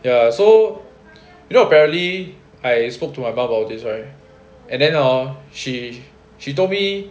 ya so you know apparently I spoke to her about this right and then hor she she told me